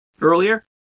earlier